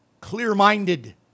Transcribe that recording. clear-minded